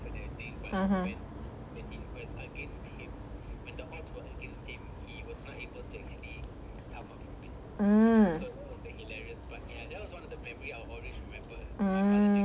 (uh huh) mm